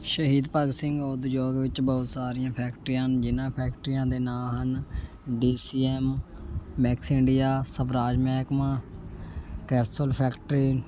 ਸ਼ਹੀਦ ਭਗਤ ਸਿੰਘ ਉਦਯੋਗ ਵਿੱਚ ਬਹੁਤ ਸਾਰੀਆਂ ਫੈਕਟਰੀਆਂ ਹਨ ਜਿਨ੍ਹਾਂ ਫੈਕਟਰੀਆਂ ਦੇ ਨਾਂ ਹਨ D C M Max India Swaraj ਮਹਿਕਮਾ ਕੈਪਸੂਲ ਫੈਕਟਰੀ